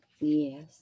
Yes